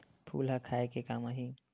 फूल ह खाये के काम आही?